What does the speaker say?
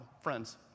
Friends